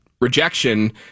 rejection